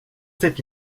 sitt